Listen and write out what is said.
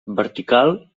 vertical